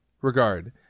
regard